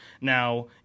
Now